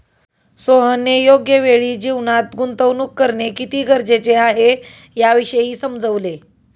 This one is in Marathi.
सोहनने योग्य वेळी जीवनात गुंतवणूक करणे किती गरजेचे आहे, याविषयी समजवले